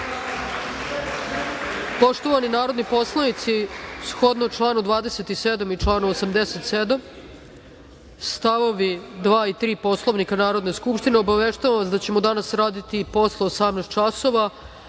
Hvala. Poštovani narodni poslanici, shodno članu 27. i članu 87. stavovi 2. i 3. Poslovnika Narodne skupštine, obaveštavam vas da ćemo danas raditi i posle 18.00